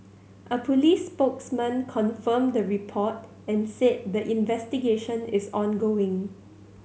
a police spokesman confirmed the report and said the investigation is ongoing